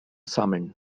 sammeln